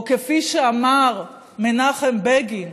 או כפי שאמר מנחם בגין,